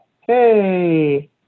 hey